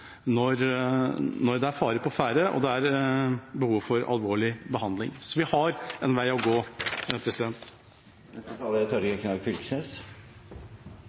når det er fare på ferde, og når det er behov for alvorlig behandling. Så vi har en vei å gå. Dette er